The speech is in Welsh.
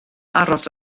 aros